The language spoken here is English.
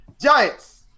Giants